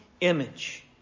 image